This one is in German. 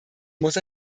muss